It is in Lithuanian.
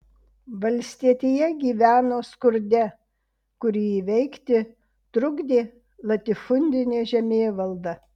valstietija gyveno skurde kurį įveikti trukdė latifundinė žemėvalda